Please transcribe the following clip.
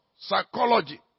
psychology